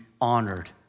honored